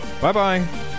Bye-bye